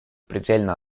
предельно